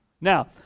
Now